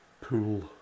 pool